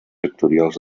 sectorials